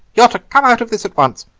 you are to come out of this at once.